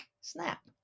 snap